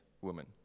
woman